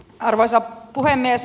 arvoisa puhemies